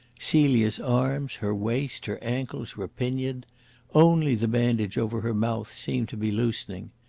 celia's arms, her waist, her ankles were pinioned only the bandage over her mouth seemed to be loosening.